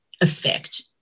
effect